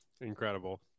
Incredible